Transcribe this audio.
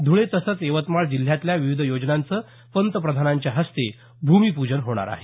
ध्रळे तसंच यवतमाळ जिल्ह्यातल्या विविध योजनांचं पंतप्रधानांच्या हस्ते भूमिपूजन होणार आहे